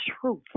truth